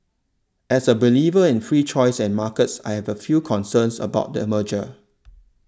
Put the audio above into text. as a believer in free choice and markets I have a few concerns about the merger